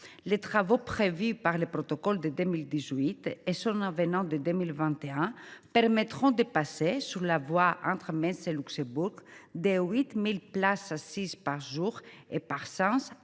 Les travaux prévus par ce dernier et son avenant de 2021 permettront de passer, sur la voie entre Metz et Luxembourg, de 8 000 places assises par jour et par sens